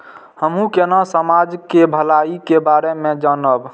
हमू केना समाज के भलाई के बारे में जानब?